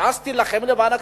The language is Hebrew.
ש"ס תילחם למען הקשישים?